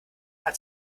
hat